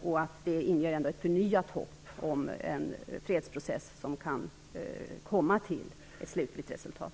Det inger ett förnyat hopp om en fredsprocess som kan komma till ett slutligt resultat.